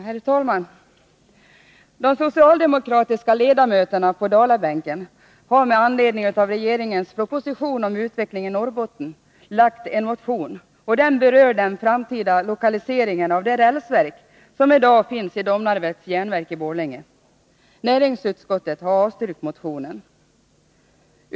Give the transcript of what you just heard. Herr talman! De socialdemokratiska ledamöterna på dalabänken har med anledning av regeringens proposition om utveckling i Norrbotten lagt en motion som berör den framtida lokaliseringen av det rälsverk som i dag finns i Domnarvets järnverk i Borlänge. Näringsutskottet har avstyrkt motionen.